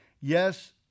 yes